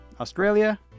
Australia